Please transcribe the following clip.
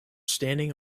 standing